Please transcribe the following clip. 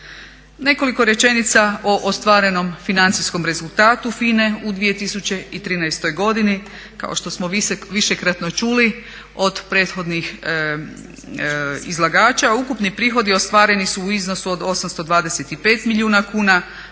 Nekoliko rečenica o ostvarenom financijskom rezultatu FINA-e u 2013. godini kao što smo višekratno čuli od prethodnih izlagača, ukupni prihodi ostvareni su u iznosu od 825 milijuna kuna,